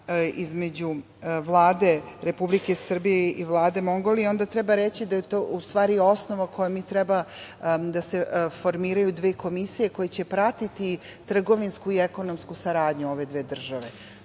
između Vlade Republike Srbije i Vlade Mongolije, onda treba reći da je to u stvari osnova kojom treba da se formiraju dve komisije koje će pratiti trgovinsku i ekonomsku saradnju ove dve države.